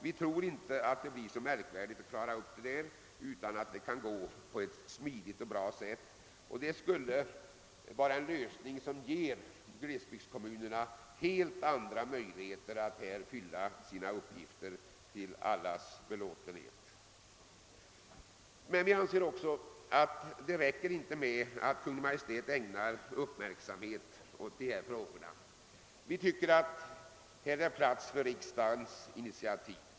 Vi tror inte att det blir så märkvärdigt att bemästra dem; det bör kunna ske på ett smidigt och bra sätt. Och denna lösning måste ge glesbygdskommunerna helt andra möjligheter att fylla sina uppgifter till allas belåtenhet. Vi anser emellertid att det inte räcker med att Kungl. Maj:t ägnar uppmärksamhet åt dessa frågor. Här är det plats för riksdagens initiativ.